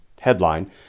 Headline